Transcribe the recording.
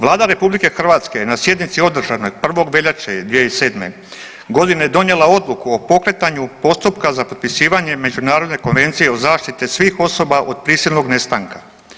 Vlada RH je na sjednici održanoj 1. veljače 2007. donijela odluku o pokretanju postupka za potpisivanje Međunarodne konvencije o zaštiti svih osoba od prisilnog nestanka.